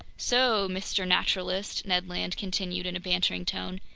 so, mr. naturalist, ned land continued in a bantering tone,